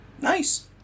Nice